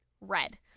red